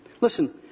Listen